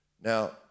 Now